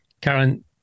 Karen